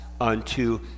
unto